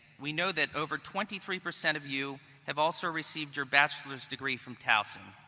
we know that over twenty three percent of you have also received your bachelor's degree from towson.